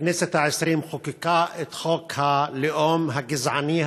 הכנסת העשרים חוקקה את חוק הלאום הגזעני,